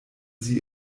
sie